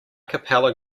capella